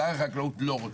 שר החקלאות לא רוצה.